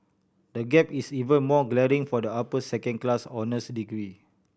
the gap is even more glaring for the upper second class honours degree